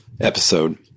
episode